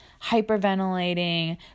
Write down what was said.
hyperventilating